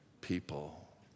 people